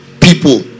people